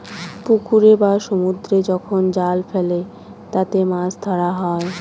পুকুরে বা সমুদ্রে যখন জাল ফেলে তাতে মাছ ধরা হয়